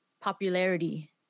popularity